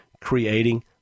creating